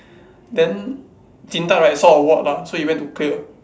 then Din-Tat right saw a ward ah so he went to clear